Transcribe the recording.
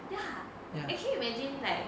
ya actually you imagine like